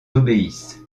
obéissent